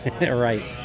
right